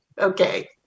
okay